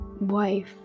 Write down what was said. wife